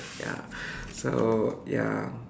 ya so ya